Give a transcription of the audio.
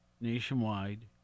nationwide